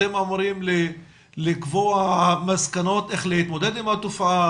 אתם אמורים לקבוע מסקנות איך להתמודד עם התופעה?